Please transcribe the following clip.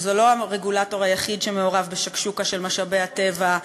שזה לא הרגולטור היחיד שמעורב ב"שקשוקה" של משאבי הטבע.